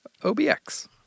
OBX